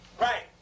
Right